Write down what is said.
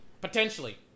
Potentially